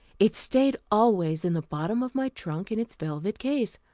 it stayed always in the bottom of my trunk, in its velvet case.